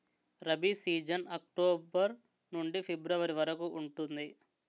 rabi season October నుండి ఫిబ్రవరి వరకు ఉంటుంది